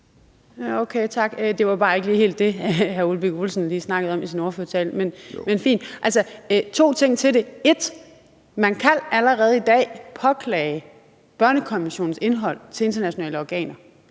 Okay, tak. Det var bare ikke lige helt det, hr. Ole Birk Olesen snakkede om i sin ordførertale. Men det er fint. Altså, jeg vil sige to ting til det: 1) Man kan allerede i dag påklage børnekonventionens indhold til internationale organer.